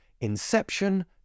inception